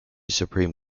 supreme